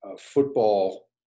football